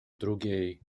drugiej